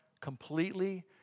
completely